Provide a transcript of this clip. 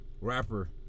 Rapper